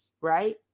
right